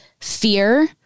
fear